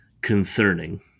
concerning